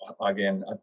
again